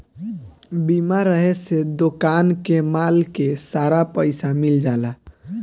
बीमा रहे से दोकान के माल के सारा पइसा मिल जाला